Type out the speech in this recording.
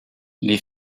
les